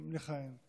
לכהן.